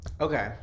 okay